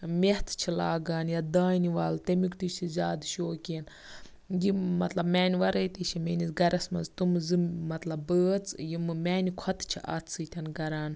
میٚتھ چھِ لاگان یا دانہِ وَل تَمیُک تہِ چھِ زیادٕ شوقیٖن یِم مطلب میٛانہِ وَرٲے تہِ چھِ میٛٲنِس گَھرَس منٛز تِم زٕ مطلب بٲژ یِم میٛانہِ کھۄتہٕ چھِ اَتھ سۭتۍ کَران